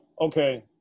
okay